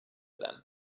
them